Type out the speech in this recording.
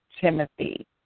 Timothy